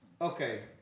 Okay